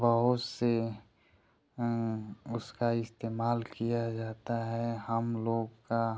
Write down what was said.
बहुत से उसका इस्तेमाल किया जाता है हम लोग का